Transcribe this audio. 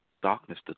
darkness